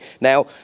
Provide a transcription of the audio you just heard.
Now